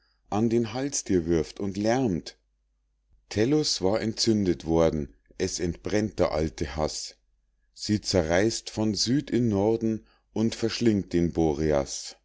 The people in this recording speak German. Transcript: an den hals dir wirft und lärmt tellus war entzündet worden es entbrennt der alte haß sie zerreißt von süd in norden und verschlingt den boreas